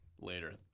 later